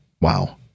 wow